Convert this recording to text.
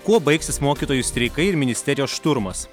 kuo baigsis mokytojų streikai ir ministerijos šturmas